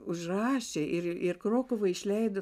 užrašė ir ir krokuvoj išleido